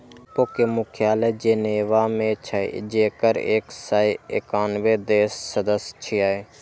विपो के मुख्यालय जेनेवा मे छै, जेकर एक सय एकानबे देश सदस्य छियै